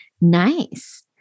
nice